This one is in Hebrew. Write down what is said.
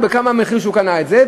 או המחיר שבו הוא קנה את זה,